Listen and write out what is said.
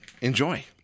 enjoy